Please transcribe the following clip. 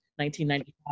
1995